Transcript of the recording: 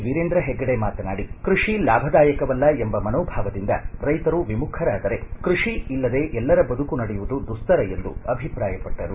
ವೀರೇಂದ್ರಹೆಗ್ಗಡೆ ಮಾತನಾಡಿ ಕೃಷಿ ಲಾಭದಾಯಕವಲ್ಲ ಎಂಬ ಮನೋಭಾವದಿಂದ ರೈತರು ವಿಮುಖರಾದರೆ ಕೃಷಿ ಇಲ್ಲದೇ ಎಲ್ಲರ ಬದುಕು ನಡೆಯುವುದು ದುಸ್ತರ ಎಂದು ಅಭಿಪ್ರಾಯಪಟ್ಟರು